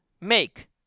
make